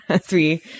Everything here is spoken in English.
Three